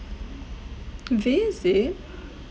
visit